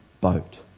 boat